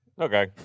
Okay